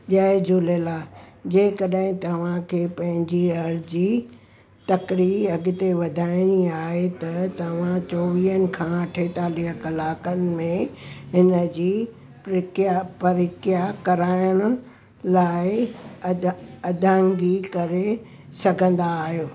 जय झूलेलाल जेकॾहिं तव्हां खे पंहिंजी अर्ज़ी तकिड़ी अॻिते वधाइणी आहे त तव्हां चोवीहनि खां अठेतालीह कलाकनि में इन जी प्रकिया परिकया कराइण लाइ अदा अदाइगी करे सघंदा आहियो